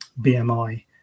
BMI